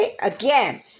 Again